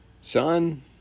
Son